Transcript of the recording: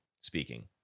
speaking